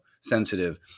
sensitive